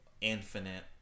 infinite